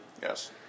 Yes